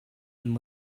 and